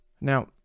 Now